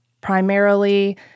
Primarily